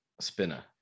spinner